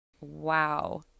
Wow